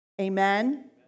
Amen